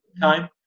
time